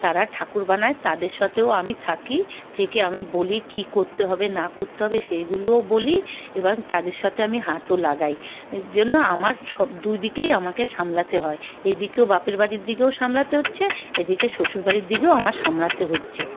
তারা ঠাকুর বানায় তাদের সাথেও আমি থাকি থেকে আমি বলি কি করতে হবে না করতে হবে সেইগুলিও বলি এবং তাদের সাথে আমি হাতও লাগাই এই জন্য আমার সব দু দিকেই আমাকে সামলাতে হয় এদিকেও বাপের বাড়ির দিকেও সামলাতে হচ্ছে এদিকে শ্বশুর বাড়ির দিকেও আমার সামলাতে হচ্ছে